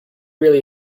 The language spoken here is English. really